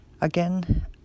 Again